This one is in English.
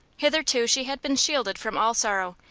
hitherto she had been shielded from all sorrow,